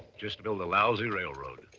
just to build a lousy railroad.